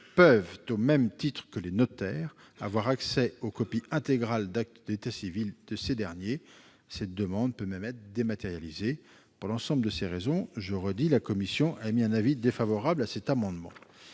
peuvent, au même titre que les notaires, avoir accès aux copies intégrales d'actes d'état civil de ces derniers. Cette demande peut même être dématérialisée. Pour l'ensemble de ces raisons, la commission est défavorable à l'amendement